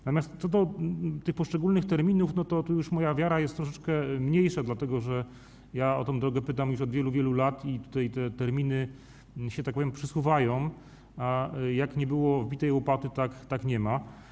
Natomiast co do tych poszczególnych terminów, to tu już moja wiara jest troszeczkę mniejsza, dlatego że ja o tę drogę pytam już od wielu, wielu lat, te terminy, że tak powiem, się przesuwają i jak nie było wbitej łopaty, tak nie ma.